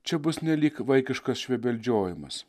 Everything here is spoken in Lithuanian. čia bus nelyg vaikiškas švebeldžiojimas